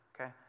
okay